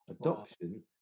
Adoption